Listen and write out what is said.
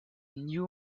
new